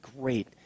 great